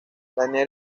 daniel